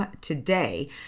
today